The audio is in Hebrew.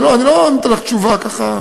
אני לא נותן לך תשובה ככה.